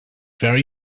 very